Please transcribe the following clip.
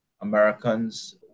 Americans